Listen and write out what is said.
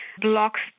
blocks